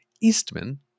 Eastman